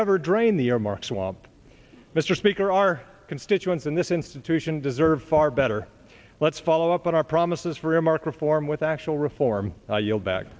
ever drain the omark swamp mr speaker our constituents in this institution deserve far better let's follow up on our promises for earmark reform with actual reform you'll back